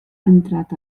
entrat